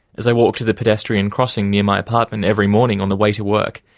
as i walk to the pedestrian crossing near my apartment every morning on the way to work,